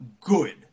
good